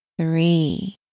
three